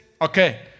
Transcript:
okay